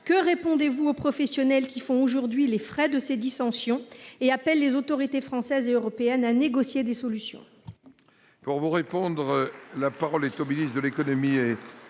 que répondez-vous aux professionnels qui font aujourd'hui les frais de ces dissensions et appellent les autorités françaises et européennes à négocier des solutions ?